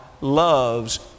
loves